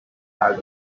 had